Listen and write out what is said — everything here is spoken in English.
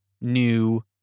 new